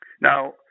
Now